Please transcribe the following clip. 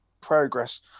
progress